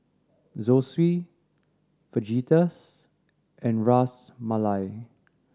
Zosui Fajitas and Ras Malai